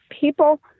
People